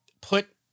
put